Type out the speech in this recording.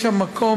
יש שם מקום.